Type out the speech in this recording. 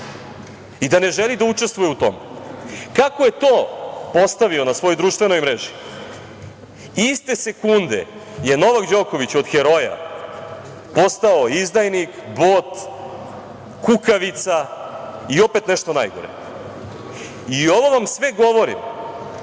i da ne želi da učestvuje u tome. Kako je to postavio na svojoj društvenoj mreži iste sekunde je Novak Đoković od heroja postao izdajnik, bot, kukavica i opet nešto najgore. Ovo vam sve govori